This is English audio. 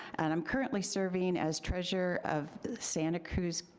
and i'm currently serving as treasurer of the santa cruz,